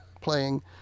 playing